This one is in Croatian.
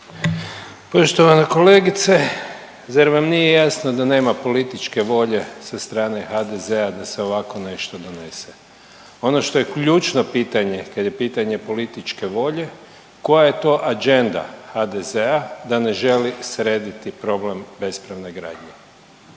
Poštovana kolegice. Zar vam nije jasno da nema političke volje sa strane HDZ-a da se ovako nešto donese? Ono što je ključno pitanje kad je pitanje političke volje, koja je to agenda HDZ-a da ne želi srediti problem bespravne gradnje?